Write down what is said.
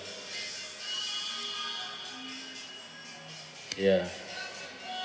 ya